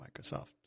Microsoft